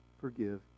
forgive